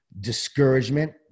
discouragement